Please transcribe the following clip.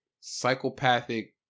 psychopathic